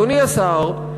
אדוני השר,